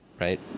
right